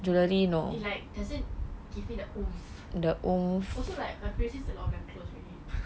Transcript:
like it doesn't give me the also my place got a lot already